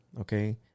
Okay